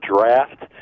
draft